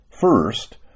First